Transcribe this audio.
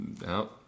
No